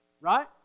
right